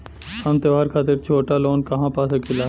हम त्योहार खातिर छोटा लोन कहा पा सकिला?